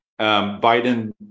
Biden